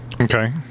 Okay